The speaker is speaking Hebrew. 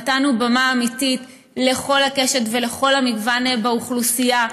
נתנו במה אמיתית לכל הקשת ולכל המגוון באוכלוסייה.